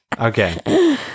Okay